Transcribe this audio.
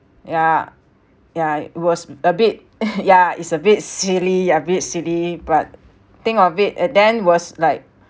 yeah yeah it was a bit yeah it's a bit silly yeah a bit silly but think of it and then was like